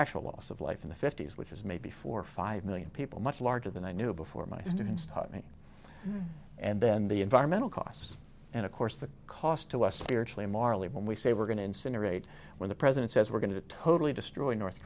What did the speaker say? actual loss of life in the fifty's which is maybe four or five million people much larger than i knew before my students taught me and then the environmental costs and of course the cost to us to actually morally when we say we're going to incinerate when the president says we're going to totally destroy north